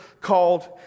called